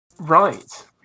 Right